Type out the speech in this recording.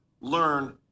learn